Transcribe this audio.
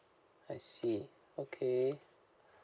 I see okay